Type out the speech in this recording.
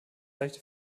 leichte